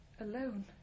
Alone